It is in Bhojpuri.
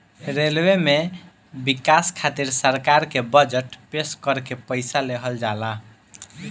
रेलवे में बिकास खातिर सरकार के बजट पेश करके पईसा लेहल जाला